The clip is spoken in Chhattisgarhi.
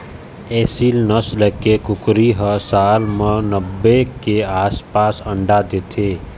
एसील नसल के कुकरी ह साल म नब्बे के आसपास अंडा देथे